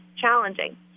challenging